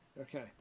Okay